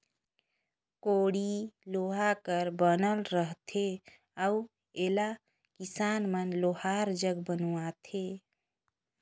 कोड़ी लोहा कर बनल रहथे अउ एला किसान मन लोहार जग बनवाथे